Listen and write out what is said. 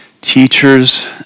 teachers